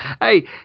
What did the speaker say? Hey